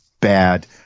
bad